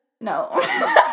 No